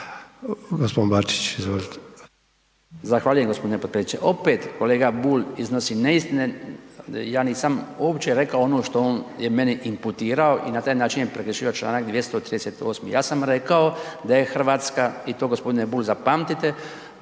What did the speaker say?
**Bačić, Branko (HDZ)** Zahvaljujem g. potpredsjedniče. Opet kolega Bulj iznosi neistine, ja nisam uopće rekao ono što on je meni imputirao i na taj način je prekršio čl. 238. Ja sam rekao da je Hrvatska i to g. Bulj zapamtite,